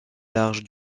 large